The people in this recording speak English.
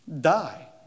Die